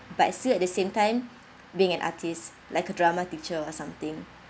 but still at the same time being an artiste like a drama teacher or something